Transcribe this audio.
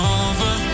over